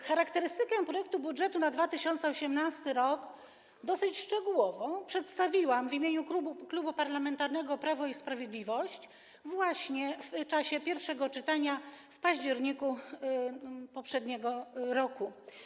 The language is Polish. Charakterystykę projektu budżetu na 2018 r. dosyć szczegółowo przedstawiłam w imieniu Klubu Parlamentarnego Prawo i Sprawiedliwość w czasie pierwszego czytania w październiku poprzedniego roku.